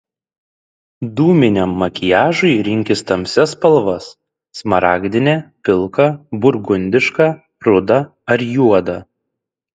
dūminiam makiažui rinkis tamsias spalvas smaragdinę pilką burgundišką rudą ar juodą